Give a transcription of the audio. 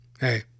hey